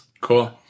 cool